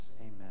Amen